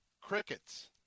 crickets